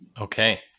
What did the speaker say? Okay